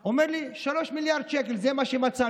הוא אומר לי: 3 מיליארד שקל, זה מה שמצאנו.